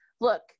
look